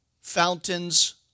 fountains